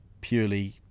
purely